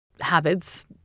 habits